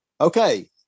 okay